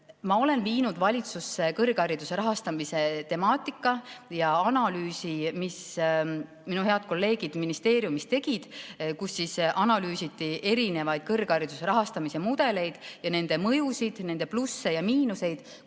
Ma olen viinud valitsusse kõrghariduse rahastamise temaatika ja analüüsi, mille minu head kolleegid ministeeriumis tegid. Seal analüüsiti erinevaid kõrghariduse rahastamise mudeleid ja nende mõjusid, nende plusse ja miinuseid.